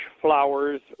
flowers